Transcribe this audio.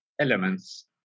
elements